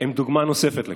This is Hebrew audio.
הם דוגמה נוספת לכך.